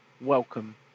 Welcome